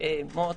מאוד פוגע.